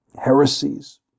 heresies